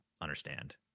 understand